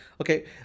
Okay